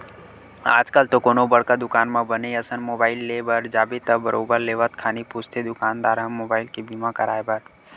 आजकल तो कोनो बड़का दुकान म बने असन मुबाइल ले बर जाबे त बरोबर लेवत खानी पूछथे दुकानदार ह मुबाइल के बीमा कराय बर